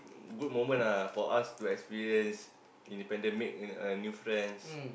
good moment ah for us to experience independent make uh uh new friends